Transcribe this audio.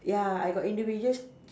ya I got individual